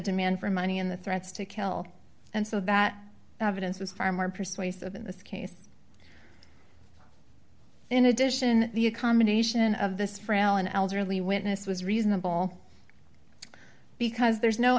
demand for money in the threats to kill and so that was far more persuasive in this case in addition the a combination of this frail and elderly witness was reasonable because there's no